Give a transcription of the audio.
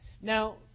Now